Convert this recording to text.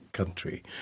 Country